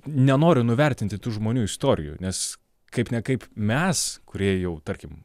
nenoriu nuvertinti tų žmonių istorijų nes kaip ne kaip mes kurie jau tarkim